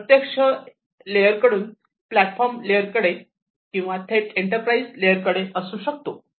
प्रत्यक्ष एजलेअर कडून platform layer कडे किंवा थेट इंटरप्राईजेस लेयर कडे असू शकतो